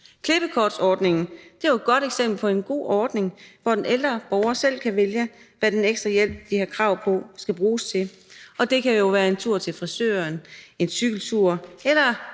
Klippekortsordningen er jo et godt eksempel på en god ordning, hvor den ældre borger selv kan vælge, hvad den ekstra hjælp, vedkommende har krav på, skal bruges til. Det kan jo være en tur til frisøren, en cykeltur eller